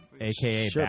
aka